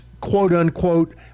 quote-unquote